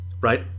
right